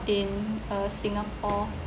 in uh singapore